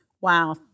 Wow